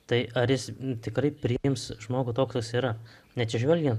tai ar jis tikrai priims žmogų toks koks yra neatsižvelgiant